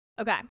Okay